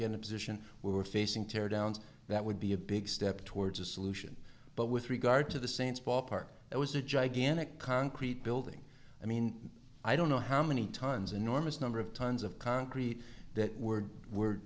in a position where we're facing tear downs that would be a big step towards a solution but with regard to the saints ballpark it was a gigantic concrete building i mean i don't know how many tons enormous number of tons of concrete that were were